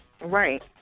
Right